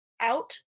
Out